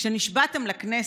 כשנשבעתם לכנסת,